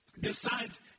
decides